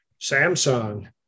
Samsung